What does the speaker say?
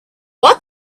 what